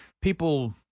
people